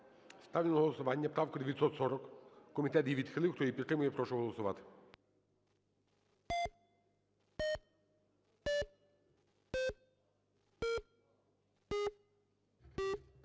Ставлю на голосування правку 940. Комітет її відхилив. Хто її підтримує, прошу голосувати.